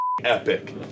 epic